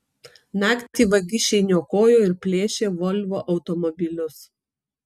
naktį vagišiai niokojo ir plėšė volvo automobilius